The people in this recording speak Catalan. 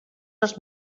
els